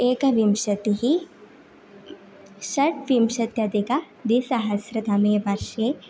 एकविंशतिः षड्विंशत्यधिकद्विसहस्रतमे वर्षे